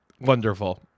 Wonderful